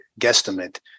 guesstimate